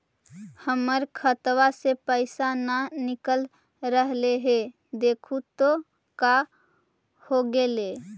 हमर खतवा से पैसा न निकल रहले हे देखु तो का होगेले?